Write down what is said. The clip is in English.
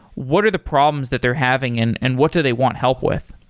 what are the problems that they're having and and what do they want help with?